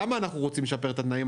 למה אנחנו רוצים לשפר את התנאים?